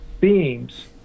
beams